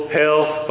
health